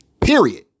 period